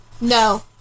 no